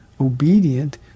obedient